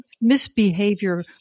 misbehavior